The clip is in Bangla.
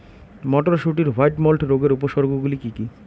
মটরশুটির হোয়াইট মোল্ড রোগের উপসর্গগুলি কী কী?